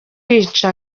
iyicwa